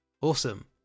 awesome